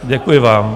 Děkuji vám.